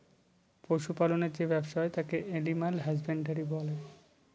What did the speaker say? পশু পালনের যে ব্যবসা হয় তাকে এলিম্যাল হাসব্যানডরই বলে